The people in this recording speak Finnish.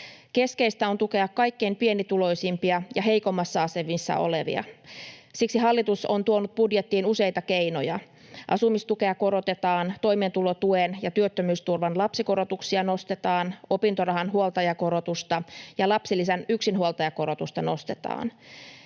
Keskeistä on tukea kaikkein pienituloisimpia ja heikoimmassa asemassa olevia. Siksi hallitus on tuonut budjettiin useita keinoja: asumistukea korotetaan, toimeentulotuen ja työttömyysturvan lapsikorotuksia nostetaan, opintorahan huoltajakorotusta ja lapsilisän yksinhuoltajakorotusta nostetaan,